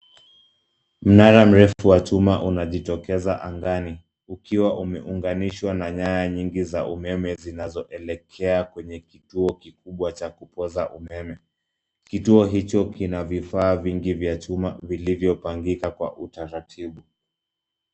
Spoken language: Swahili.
Mnara mrefu wa chuma unajitokeza angani ukiwa umeunganishwa na nyaya nyingi za umeme zinaoelekea kwenye kituo kikubwa cha kupoza umeme. Kituo hicho kina vifaa vingi vya chuma vilivyopangika kwa utaratibu.